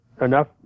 enough